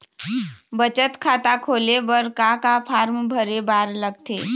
बचत खाता खोले बर का का फॉर्म भरे बार लगथे?